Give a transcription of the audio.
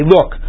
Look